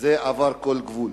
עברה כל גבול.